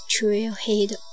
trailhead